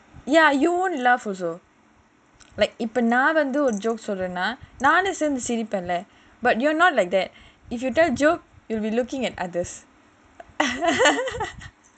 ya you won't laugh also like இப்போ நான் வந்து:ippo naan vandhu joke சொல்றேன்னா நானும் சேர்ந்து சிரிப்பேன்ல:solraenaa naanum sernthu siripaenla you tell joke and you look like this